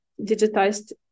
digitized